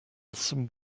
some